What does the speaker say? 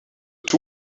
two